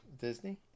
Disney